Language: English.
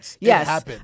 Yes